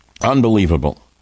Unbelievable